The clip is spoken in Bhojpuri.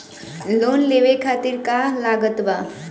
लोन लेवे खातिर का का लागत ब?